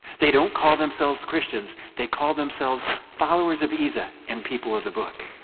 they don't call themselves christians, they call themselves followers of isa, and people of the book.